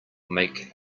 make